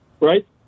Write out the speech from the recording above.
right